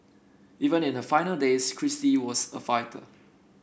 even in her final days Kristie was a fighter